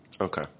okay